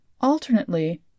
Alternately